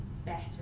better